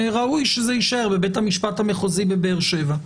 ראוי שזה יישאר בבית המשפט המחוזי בבאר שבע.